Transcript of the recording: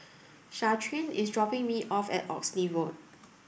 Shaquan is dropping me off at Oxley Road